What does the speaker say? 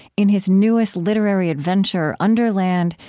in his newest literary adventure, underland,